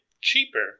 cheaper